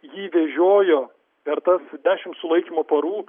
jį vežiojo per tas dešim sulaikymo parų